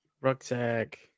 rucksack